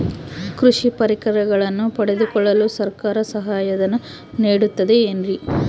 ಕೃಷಿ ಪರಿಕರಗಳನ್ನು ಪಡೆದುಕೊಳ್ಳಲು ಸರ್ಕಾರ ಸಹಾಯಧನ ನೇಡುತ್ತದೆ ಏನ್ರಿ?